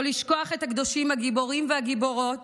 לא לשכוח את הקדושים הגיבורים והגיבורות